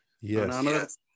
Yes